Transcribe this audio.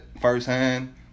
firsthand